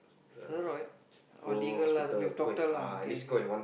steroid oh legal lah with doctor lah okay okay